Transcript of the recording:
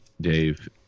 Dave